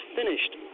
finished